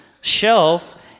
shelf